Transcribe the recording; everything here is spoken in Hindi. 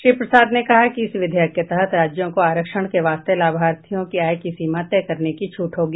श्री प्रसाद ने कहा कि इस विधेयक के तहत राज्यों को आरक्षण के वास्ते लाभार्थियों की आय की सीमा तय करने की छूट होगी